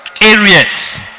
areas